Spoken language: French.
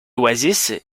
oasis